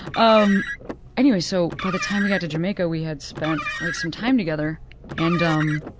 um anyway, so by the time we got to jamaica we had spent like some time together and um